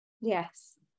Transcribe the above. yes